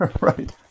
Right